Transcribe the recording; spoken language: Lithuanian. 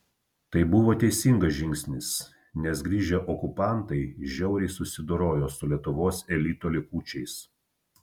tai buvo teisingas žingsnis nes grįžę okupantai žiauriai susidorojo su lietuvos elito likučiais